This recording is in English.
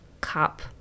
cup